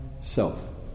self